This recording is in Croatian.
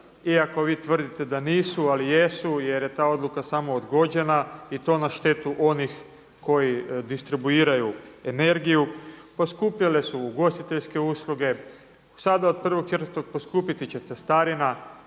iako vi tvrdite da nisu, ali jesu jer je ta odluka samo odgođena i to na štetu onih koji distribuiraju energiju, poskupjele su ugostiteljske usluge. Sada od 1.4. poskupiti će cestarina,